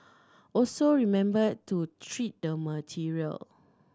also remember to treat the material